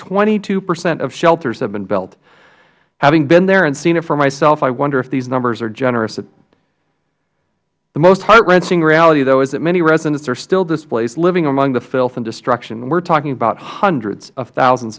twenty two percent of shelters had been built having been there and seen it for myself i wonder if these numbers are generous the most heart wrenching reality though is that many residents are still displaced living among the filth and destruction we are talking about hundreds of thousands